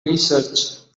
research